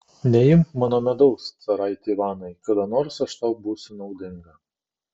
neimk mano medaus caraiti ivanai kada nors aš tau būsiu naudinga